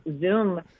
Zoom